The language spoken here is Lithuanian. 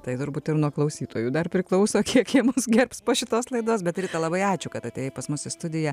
tai turbūt ir nuo klausytojų dar priklauso kiek jie mus gerbs po šitos laidos bet rita labai ačiū kad atėjai pas mus į studiją